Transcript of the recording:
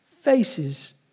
faces